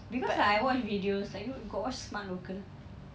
because I watch videos like you know you got watch the smart local